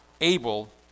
able